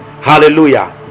Hallelujah